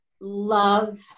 love